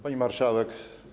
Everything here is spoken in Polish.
Pani Marszałek!